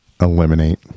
eliminate